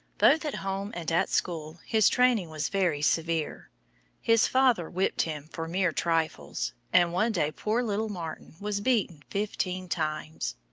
both at home and at school his training was very severe his father whipped him for mere trifles, and one day poor little martin was beaten fifteen times!